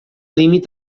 límit